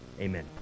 Amen